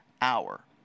hour